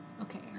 Okay